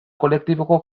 kolektiboko